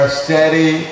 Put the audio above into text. steady